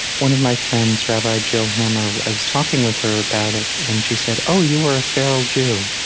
one of my friends, rabbi jill hammer, i was talking with her about it, and she said, oh, you were a feral jew.